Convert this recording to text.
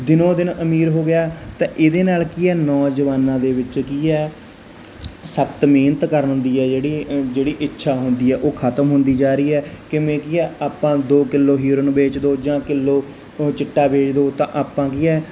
ਦਿਨੋਂ ਦਿਨ ਅਮੀਰ ਹੋ ਗਿਆ ਤਾਂ ਇਹਦੇ ਨਾਲ ਕੀ ਐ ਨੌਜਵਾਨਾਂ ਦੇ ਵਿੱਚ ਕੀ ਐ ਸਖਤ ਮਿਹਨਤ ਕਰਨ ਦੀ ਐ ਜਿਹੜੀ ਜਿਹੜੀ ਇੱਛਾ ਹੁੰਦੀ ਐ ਉਹ ਖਤਮ ਹੁੰਦੀ ਜਾ ਰਹੀ ਹੈ ਕਿਵੇਂ ਕੀ ਆ ਆਪਾਂ ਦੋ ਕਿਲੋ ਹੀਰੋਇਨ ਵੇਚ ਦੋ ਜਾਂ ਕਿਲੋ ਚਿੱਟਾ ਵੇਚ ਦੋ ਤਾਂ ਆਪਾਂ ਕੀ ਐ